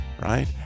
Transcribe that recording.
right